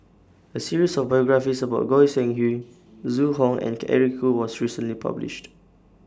A series of biographies about Goi Seng Hui Zhu Hong and Eric Khoo was recently published